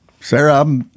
Sarah